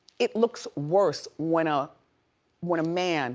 it looks worse when ah when a man